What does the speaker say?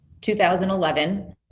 2011